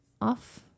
off